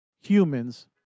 humans